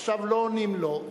עכשיו לא עונים לו.